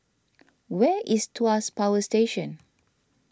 where is Tuas Power Station